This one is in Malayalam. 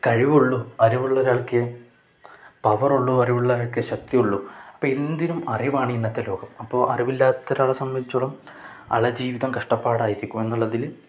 കഴിവുള്ളൂ അറിവുള്ളൊരാൾക്കേ പവർ ഉള്ളൂ അറിവുള്ളൊരാൾക്കേ ശക്തിയുള്ളൂ അപ്പം എന്തിനും അറിവാണ് ഇന്നത്തെ ലോകം അപ്പോൾ അറിവില്ലാത്തൊരാളെ സംബന്ധിച്ചോളം ആളുടെ ജീവിതം കഷ്ടപ്പാടായിരിക്കും എന്നുള്ളതിൽ